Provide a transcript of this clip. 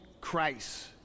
Christ